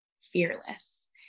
fearless